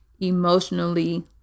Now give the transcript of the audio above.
emotionally